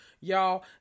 Y'all